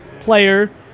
player